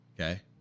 okay